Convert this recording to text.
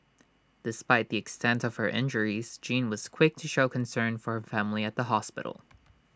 despite the extent of her injures Jean was quick to show concern for her family at the hospital